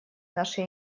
наши